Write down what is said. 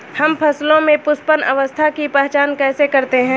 हम फसलों में पुष्पन अवस्था की पहचान कैसे करते हैं?